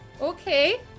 Okay